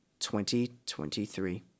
2023